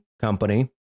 company